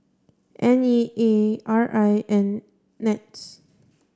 N E A R I and NETS